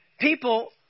people